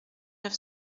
neuf